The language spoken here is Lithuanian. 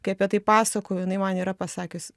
kai apie tai pasakoju jinai man yra pasakius